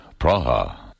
Praha